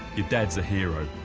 your dad's a hero.